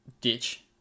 ditch